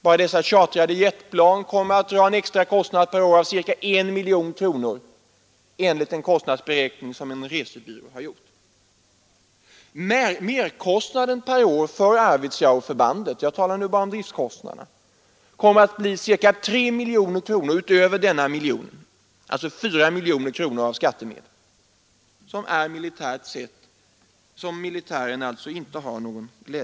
Bara dessa chartrade jetplan kommer att dra en extra kostnad per år av ca 1 miljon kronor enligt en kostnadsberäkning som en resebyrå har gjort. Merkostnaden per år för Arvidsjaurförbandet — jag talar nu bara om driftkostnaderna — kommer att bli ca 3 miljoner kronor utöver denna miljon, alltså 4 miljoner av skattemedel.